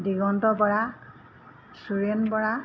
Diganta Bora Suren Bora